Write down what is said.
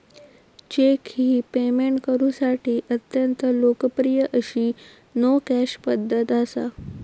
check ही payment करुसाठी अत्यंत लोकप्रिय अशी नो कॅश पध्दत असा